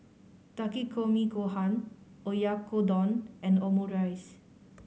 Takikomi Gohan Oyakodon and Omurice